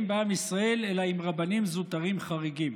בעם ישראל אלא עם רבנים זוטרים חריגים.